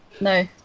No